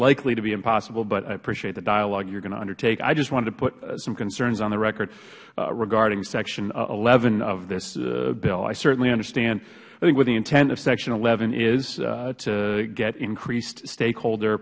likely to be impossible but i appreciate the dialogue you are going to take i just wanted to put some concerns on the record regarding section eleven of this bill i certainly understand i think what the intent of section eleven is to get increased stakeholder